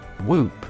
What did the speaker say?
Whoop